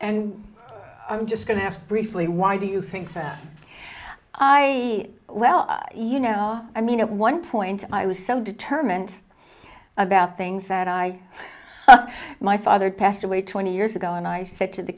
and i'm just going to briefly why do you think for i well you know i mean at one point i was so determined about things that i my father passed away twenty years ago and i said to the